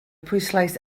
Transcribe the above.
pwyslais